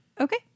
Okay